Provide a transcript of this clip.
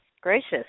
Gracious